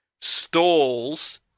stalls